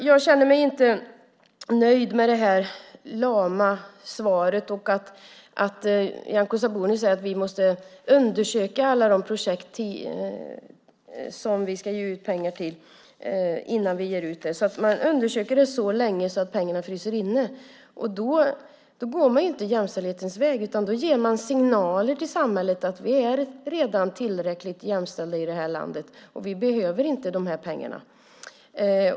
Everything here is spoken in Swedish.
Jag känner mig inte nöjd med detta lama svar och att Nyamko Sabuni säger att man måste undersöka alla projekt innan man ger ut pengar till dem. Man undersöker dem så länge att pengarna fryser inne. Då går man inte jämställdhetens väg utan ger signaler till samhället att vi redan är tillräckligt jämställda här i landet och inte behöver pengarna.